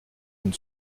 une